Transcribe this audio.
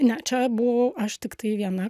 ne čia buvau aš tiktai viena